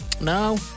No